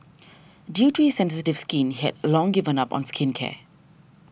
due to his sensitive skin he had long given up on skincare